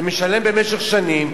ומשלם במשך שנים,